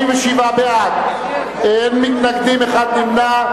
47 בעד, אין מתנגדים, אחד נמנע.